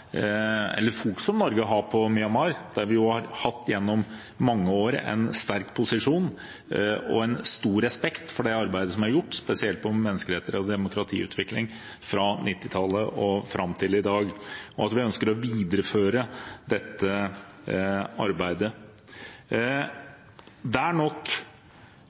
eller i hvert fall en videreføring av den sterke fokuseringen som Norge har på Myanmar, der vi gjennom mange år har hatt en sterk posisjon, og der vi har hatt en stor respekt for det arbeidet som er gjort, spesielt når det gjelder menneskerettigheter og demokratiutvikling, fra 1990-tallet og fram til i dag – og at man ønsker å videreføre dette arbeidet.